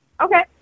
Okay